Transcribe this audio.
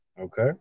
Okay